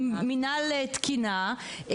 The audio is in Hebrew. מינהל תקינה,